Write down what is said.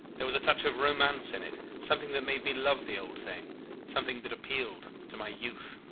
there was a touch of romance in it, something that made me love the old thing something that appealed to my youth!